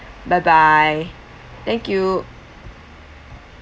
bye bye thank you